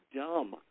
dumb